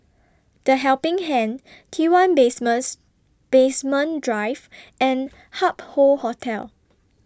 The Helping Hand T one Base Basement Drive and Hup Hoe Hotel